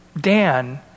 Dan